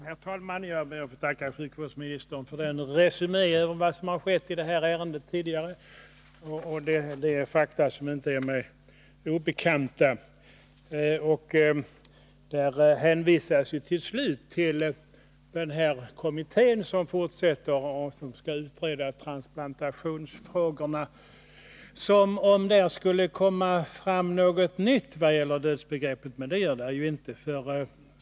Herr talman! Jag ber att få tacka sjukvårdsministern för hennes resumé över vad som har skett i det här ärendet tidigare. Det är fakta som inte är mig obekanta. I svaret hänvisades avslutningsvis till den kommitté som fortsätter att arbeta och som skall utreda transplantationsfrågorna — som om där skulle komma fram någonting nytt vad gäller dödsbegreppet! Det gör det ju inte.